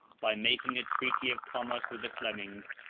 by making a treaty of commerce with the flemings,